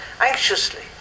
anxiously